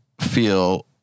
feel